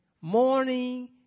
morning